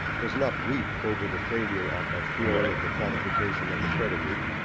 does not weep over the failure of a theory of the quantification of the predicate,